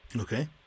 Okay